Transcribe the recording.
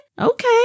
Okay